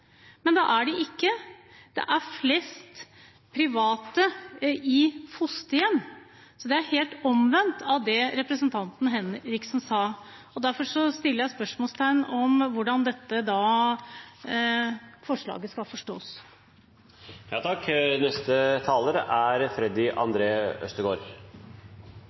men det er det ikke. Det er flest i private fosterhjem – så det er helt omvendt av det representanten Henriksen sa. Derfor setter jeg spørsmålstegn ved hvordan dette forslaget skal forstås. Det er